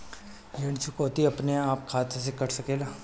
ऋण चुकौती अपने आप खाता से कट सकेला?